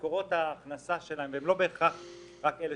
שמקורות ההכנסה שלהן הן לא בהכרח רק אלו